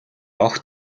огт